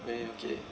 where okay